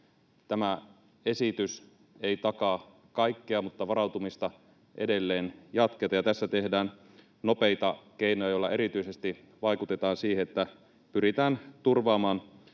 tämä esitys ei takaa kaikkea, mutta varautumista edelleen jatketaan, ja tässä tehdään nopeita keinoja, joilla erityisesti vaikutetaan siihen, että pyritään turvaamaan